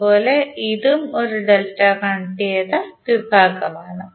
അതുപോലെ ഇതും ഒരു ഡെൽറ്റ കണക്റ്റുചെയ്ത വിഭാഗമാണ്